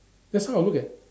that's how I'll look at